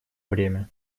время